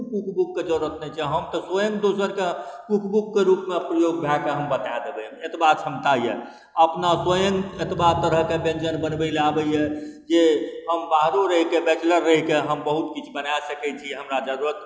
कोनो कुक बुकके जरूरत नहि छै हमतऽ स्वयं दोसरके कुक बुकके रूपमे प्रयोग भऽ कऽ हम बता देबै ओतबा क्षमता अइ अपना स्वयं एतबा तरहके व्यञ्जन बनबैलए आबैए जे हम बाहरो रहिकऽ बैचलर रहिकऽ हम बहुत किछु बना सकै छी हमरा जरूरत